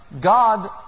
God